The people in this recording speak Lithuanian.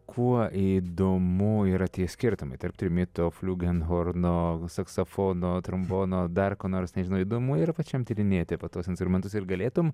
kuo įdomu yra tie skirtumai tarp trimito fliugelhorno saksofono trombono dar ko nors nežinau įdomu yra pačiam tyrinėti po tuos instrumentus ir galėtum